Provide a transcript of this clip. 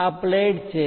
આ પ્લેટ છે